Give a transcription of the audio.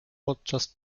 podczas